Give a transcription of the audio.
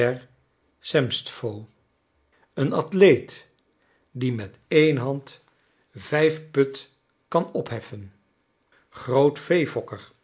semstwo een athleet die met één hand vijf pud kan opheffen groot